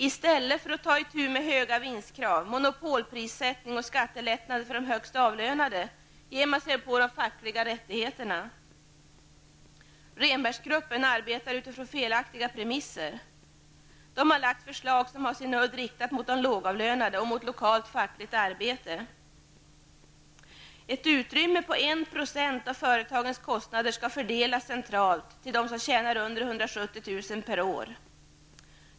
I stället för att ta itu med höga vinstkrav, monopolprissättning och skattelättnader för de högst avlönade, ger man sig på de fackliga rättigheterna. Rehnberggruppen arbetar utifrån felaktiga premisser. Den har lagt förslag som har sin udd riktad mot de lågavlönade och mot lokalt fackligt arbete. Ett utrymme på 1 % av företagens kostnader skall fördelas centralt till dem som tjänar under 170 000 kr. per år.